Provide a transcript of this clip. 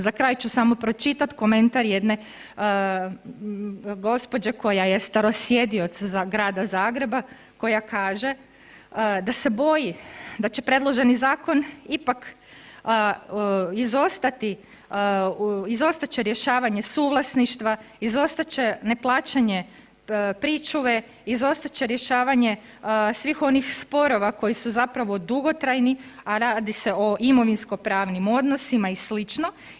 Za kraj ću samo pročitati komentar jedne gospođe koja je starosjedioc Grada Zagreba koja kaže da se boji da će predloženi zakon ipak izostati, izostat će rješavanje suvlasništva, izostat će neplaćanje pričuve, izostat će rješavanje svih onih sporova koji su zapravo dugotrajni a radi se o imovinskopravnim odnosima i slično.